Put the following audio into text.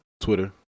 twitter